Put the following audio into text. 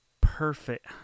perfect